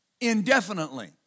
indefinitely